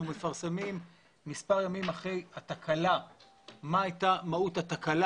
אנחנו מפרסמים מספר ימים אחרי התקלה את מהות התקלה.